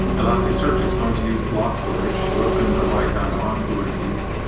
elasticsearch is going to use block storage. rook can provide that on kubernetes.